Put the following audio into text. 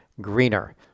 Greener